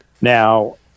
Now